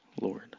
Lord